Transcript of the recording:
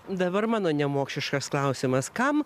dabar mano nemokšiškas klausimas kam